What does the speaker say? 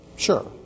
Sure